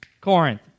Corinth